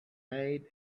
made